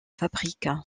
fabrique